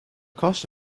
cost